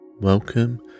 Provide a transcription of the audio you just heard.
Welcome